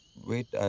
wait.